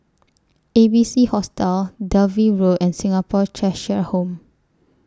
A B C Hostel Dalvey Road and Singapore Cheshire Home